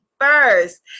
first